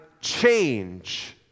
change